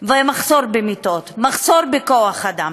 ומחסור במיטות, מחסור בכוח-אדם,